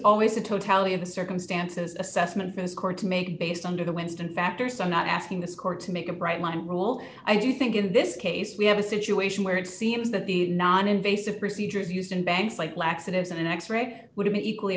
always the totality of the circumstances assessment this court to make based under the winston factors i'm not asking this court to make a bright line rule i do think in this case we have a situation where it seems that the non invasive procedures used in banks like laxatives an x ray would be equally